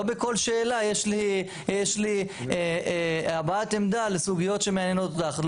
לא בכל שאלה יש לי הבעת עמדה לסוגיות שמעניינות אותך.